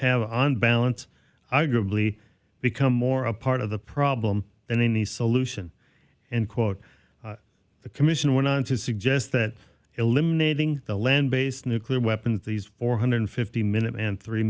have on balance i gridley become more a part of the problem than in the solution and quote the commission went on to suggest that eliminating the land based nuclear weapons these four hundred fifty minute and three